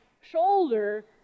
shoulder